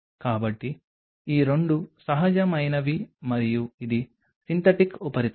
కాబట్టి ఈ 2 సహజమైనవి మరియు ఇది సింథటిక్ ఉపరితలం